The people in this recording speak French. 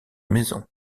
maison